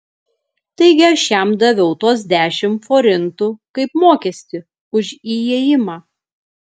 taigi aš jam daviau tuos dešimt forintų kaip mokestį už įėjimą